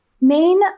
main